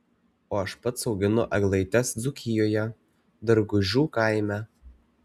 o aš pats auginu eglaites dzūkijoje dargužių kaime